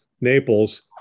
Naples